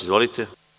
Izvolite.